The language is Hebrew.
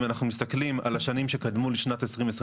אם אנחנו מסתכלים על השנים שקדמו לשנת 2021,